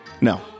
No